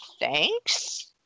thanks